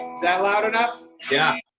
that loud enough? yeah.